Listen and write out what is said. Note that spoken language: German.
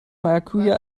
maracuja